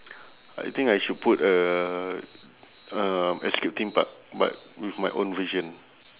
I think I should put a um escape theme park but with my own version